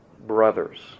brothers